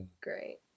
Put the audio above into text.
great